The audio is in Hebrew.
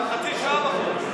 החוצה.